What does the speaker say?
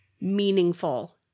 meaningful